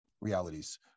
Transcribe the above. realities